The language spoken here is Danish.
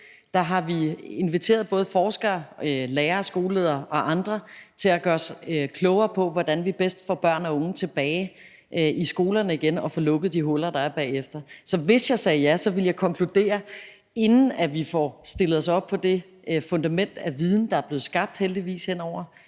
ved, har vi inviteret både forskere, lærere, skoleledere og andre til at gøre os klogere på, hvordan vi bedst får børn og unge tilbage i skolerne igen og får lukket de huller, der er, bagefter. Så hvis jeg sagde ja, ville jeg konkludere noget, inden vi får stillet os op på det fundament af viden, der heldigvis er blevet skabt hen over